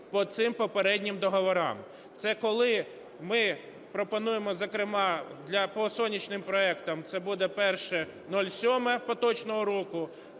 по цим попереднім договорам. Це коли ми пропонуємо, зокрема по сонячним проектам це буде 01.07 поточного року,